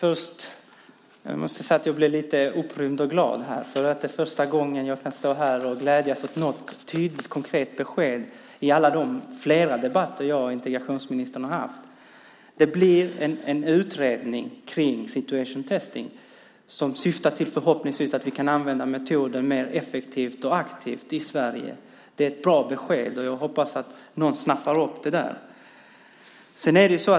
Fru talman! Jag måste säga att jag blir upprymd och glad. Det är första gången under alla de debatter jag och integrationsministern har haft som jag kan stå här och glädjas åt ett tydligt konkret besked. Det blir en utredning kring situation testing , som förhoppningsvis syftar till att vi ska kunna använda metoden mer effektivt och aktivt i Sverige. Det är ett bra besked, och jag hoppas att någon snappar upp det.